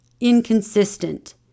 inconsistent